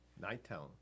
Nighttown